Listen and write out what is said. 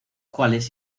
cuales